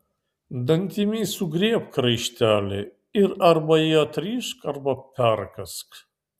dantimis sugriebk raištelį ir arba jį atrišk arba perkąsk